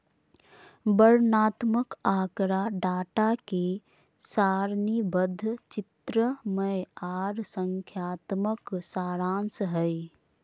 वर्णनात्मक आँकड़ा डाटा के सारणीबद्ध, चित्रमय आर संख्यात्मक सारांश हय